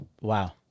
Wow